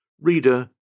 Reader